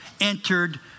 entered